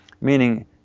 Meaning